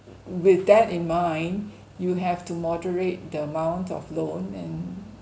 with that in mind you have to moderate the amount of loan and